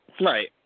Right